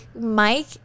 Mike